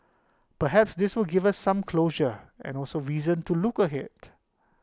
perhaps this will give us some closure and also reason to look ahead